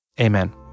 Amen